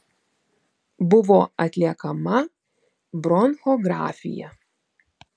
buvo atliekama bronchografija